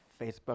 Facebook